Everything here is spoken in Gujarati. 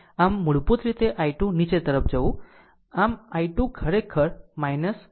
આમ મૂળભૂત રીતે i2 નીચે તરફ જવું આમ i2 ખરેખર 2 એમ્પીયર